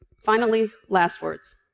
finally, last words.